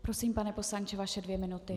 Prosím, pane poslanče, vaše dvě minuty.